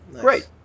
great